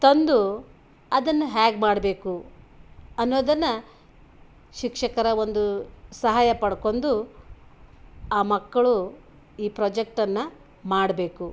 ತಂದು ಅದನ್ನ ಹ್ಯಾಗೆ ಮಾಡಬೇಕು ಅನ್ನೋದನ್ನು ಶಿಕ್ಷಕರ ಒಂದು ಸಹಾಯ ಪಡ್ಕೊಂಡು ಆ ಮಕ್ಕಳು ಈ ಪ್ರೊಜೆಕ್ಟನ್ನು ಮಾಡಬೇಕು